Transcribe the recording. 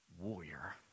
warrior